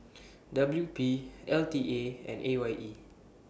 W P L T A and A Y E